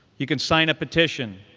you can sign a petition,